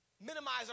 minimize